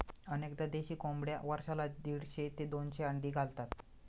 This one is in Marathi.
अनेकदा देशी कोंबड्या वर्षाला दीडशे ते दोनशे अंडी घालतात